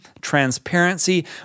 transparency